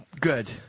Good